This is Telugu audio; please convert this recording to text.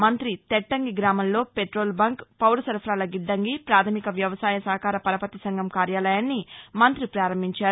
మంత్రి తెట్లంగి గ్రామంలో పెట్రోల్ బంక్ పౌరసరఫరాల గిడ్డంగిప్రాధమిక వ్యవసాయ సహకార పరపతి సంఘం కార్యాలయాన్ని మంతి ప్రారంభించారు